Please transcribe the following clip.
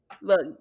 Look